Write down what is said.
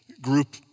group